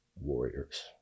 warriors